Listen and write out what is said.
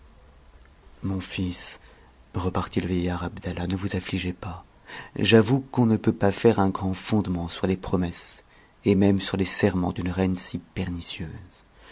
mon fils repartit le vieillard abdallah ne vous affligez pas j'avoue qu'on ne peut pas faire un grand fondement sur les promesses et même sur les serments d'une reine si pernicieuse